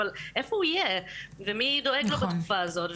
אבל איפה הוא יהיה ומי דואג לו בתקופה הזאת?